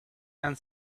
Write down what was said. and